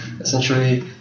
essentially